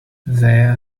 where